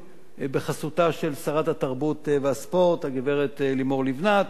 בחסותה של שרת התרבות והספורט הגברת לימור לבנת,